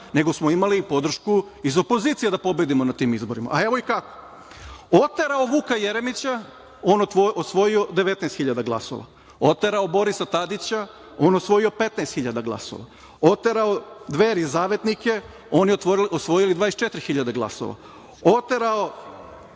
nego smo imali i podršku iz opozicije da pobedimo na tim izborima, a evo i kako. Oterao je Vuka Jeremića - on osvojio 19 hiljada glasova, oterao Borisa Tadića - on osvojio 15 hiljada glasova, oterao Dveri i Zavetnike - oni osvojili 24 hiljade glasova, oterao